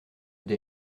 des